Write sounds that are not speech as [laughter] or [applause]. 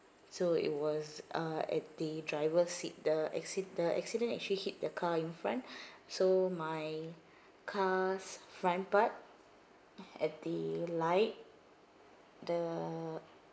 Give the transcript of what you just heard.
so it was uh at the driver seat the acci~ the accident actually hit the car in front [breath] so my car's front part at the light the